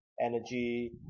energy